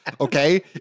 okay